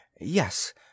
Yes